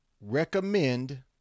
recommend